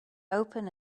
open